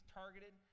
targeted